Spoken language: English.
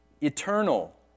eternal